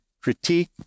critique